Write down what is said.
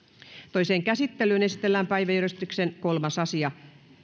toiseen käsittelyyn esitellään päiväjärjestyksen kolmas asia